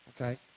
okay